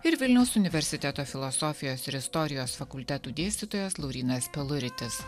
ir vilniaus universiteto filosofijos istorijos fakulteto dėstytojas laurynas peluritis